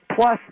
Plus